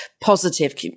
positive